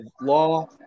law